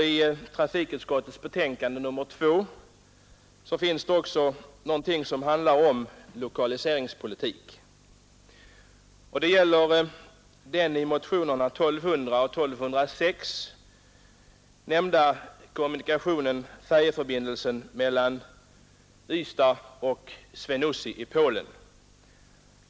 I trafikutskottets betänkande nr 2 behandlas också under punkten 4 någonting som handlar om lokaliseringspolitik — motionerna 1200 och 1206, som tar upp frågan om tågfärjeförbindelse mellan Ystad och Swinoujscie i Polen.